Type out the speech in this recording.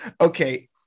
Okay